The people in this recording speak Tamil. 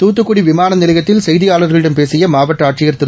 துத்துக்குடி விமான நிலையத்தில் செய்தியாளர்களிடம் பேசிய மாவட்ட ஆட்சியர் திரு